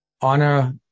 honor